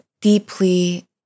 deeply